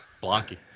Blocky